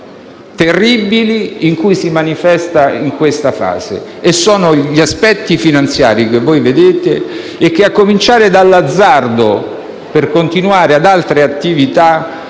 terribili in cui si manifesta: sono gli aspetti finanziari che voi vedete e che, a cominciare dall'azzardo per arrivare fino ad altre attività,